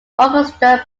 orchestral